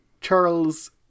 Charles